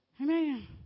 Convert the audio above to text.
Amen